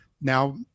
now